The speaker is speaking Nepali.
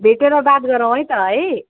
भेटेर बात गरौँ है त है